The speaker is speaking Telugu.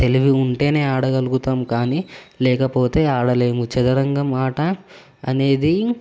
తెలివి ఉంటేనే ఆడగలుగుతాం కానీ లేకపోతే ఆడలేము చదరంగం ఆట అనేది